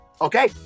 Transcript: Okay